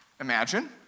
Imagine